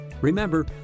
Remember